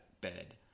bed